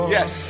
Yes